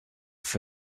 for